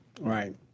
Right